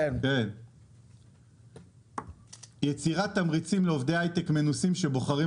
זה יצירת תמריצים לעובדי הייטק מנוסים שבוחרים